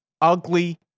Ugly